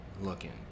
looking